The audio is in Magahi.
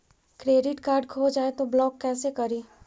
क्रेडिट कार्ड खो जाए तो ब्लॉक कैसे करी?